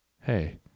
Hey